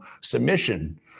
submission